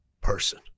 person